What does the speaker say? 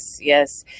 yes